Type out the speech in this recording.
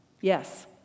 Yes